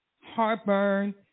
heartburn